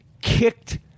kicked